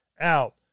out